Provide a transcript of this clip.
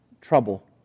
trouble